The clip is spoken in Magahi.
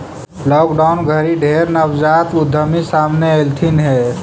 लॉकडाउन घरी ढेर नवजात उद्यमी सामने अएलथिन हे